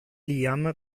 liam